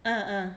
uh uh